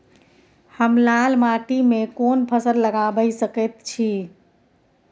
हम लाल माटी में कोन फसल लगाबै सकेत छी?